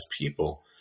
people